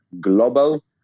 global